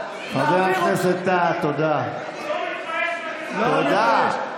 אתה לא מתבייש בגזענות שלך.